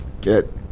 get